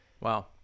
Wow